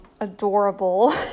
adorable